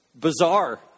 bizarre